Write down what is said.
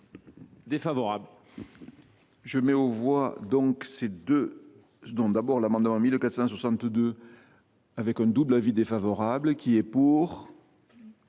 Défavorable.